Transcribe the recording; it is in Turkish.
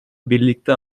birlikte